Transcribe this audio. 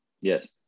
Yes